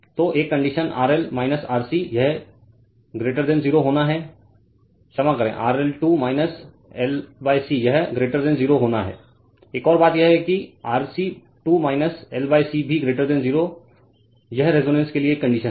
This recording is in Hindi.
तो एक कंडीशन RL RC यह 0 होना है क्षमा करें RL 2 L C यह 0 होना है एक और बात यह है कि RC 2 L C भी 0 यह रेजोनेंस के लिए एक कंडीशन है